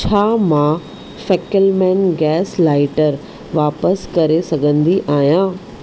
छा मां फैकेलमेन गैस लाइटर वापसि करे सघंदी आहियां